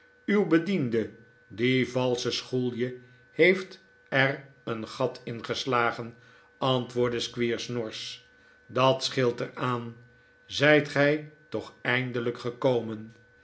uw bediende die valsche schoelje heeft er een gat in geslagen antwoordde squeers norsch dat scheelt er aan zijt gij toch eindelijk gekomen